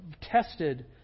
tested